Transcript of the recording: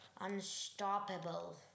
unstoppable